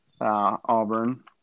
Auburn